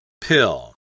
Pill